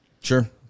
Sure